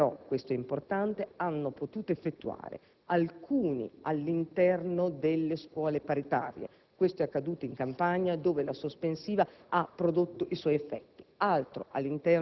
i ragazzi però - questo è importante - hanno potuto effettuare gli esami, alcuni all'interno delle scuole paritarie (questo è accaduto in Campania, dove la sospensiva ha prodotto i suoi effetti),